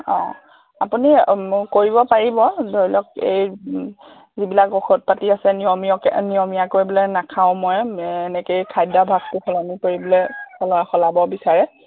অঁ আপুনি কৰিব পাৰিব ধৰি লওক এই যিবিলাক ঔষধ পাতি আছে নিয়মীয় নিয়মীয়াকৈ বোলে নাখাওঁ মই এনেকে এই খাদ্যাভাস সলনি কৰিবলে সলা সলাব বিচাৰে